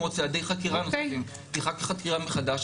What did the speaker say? כמו צעדי חקירה נוספים ופתיחת החקירה מחדש,